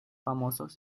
famosos